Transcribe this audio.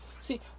See